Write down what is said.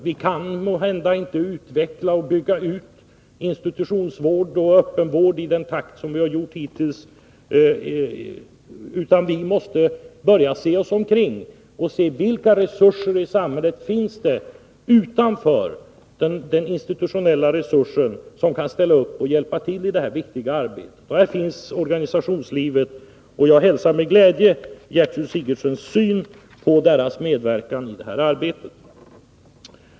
Vi kan måhända inte utveckla och bygga ut institutionsvård och öppenvård i samma takt som hittills, utan vi måste börja se oss omkring och ta reda på vilka resurser det finns i samhället utanför den institutionella resursen som kan ställa upp och hjälpa till i det här viktiga arbetet. Här finns organisationerna, och jag hälsar med glädje Gertrud Sigurdsens syn på deras medverkan i arbetet.